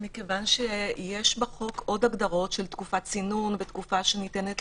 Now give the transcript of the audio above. שיש בחוק עוד הגדרות של תקופת צינון ותקופה שניתנת